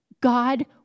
God